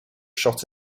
shot